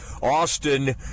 Austin